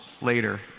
later